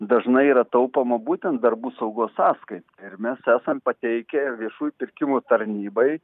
dažnai yra taupoma būtent darbų saugos sąskai ir mes esam pateikę viešųjų pirkimų tarnybai